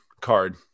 card